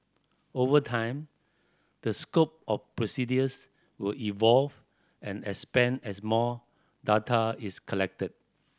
over time the scope of procedures will evolve and expand as more data is collected